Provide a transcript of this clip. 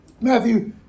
Matthew